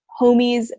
homies